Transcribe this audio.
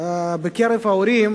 בקרב ההורים